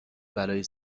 بلایی